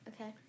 Okay